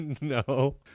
No